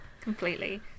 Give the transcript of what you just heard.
completely